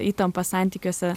įtampa santykiuose